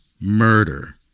murder